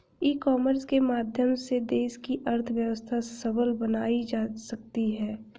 ई commerce के माध्यम से देश की अर्थव्यवस्था सबल बनाई जा सकती है